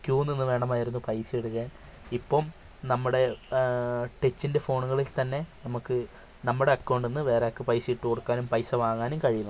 Q നിന്നു വേണമായിരുന്നു പൈസ എടുക്കാൻ ഇപ്പം നമ്മുടെ ടച്ചിന്റെ ഫോണുകളിൽ വച്ച് തന്നെ നമുക്ക് നമ്മുടെ അക്കൗണ്ടിൽ നിന്ന് വേറെയാൾക്ക് പൈസ ഇട്ടു കൊടുക്കാനും പൈസ വാങ്ങാനും കഴിയുന്നുണ്ട്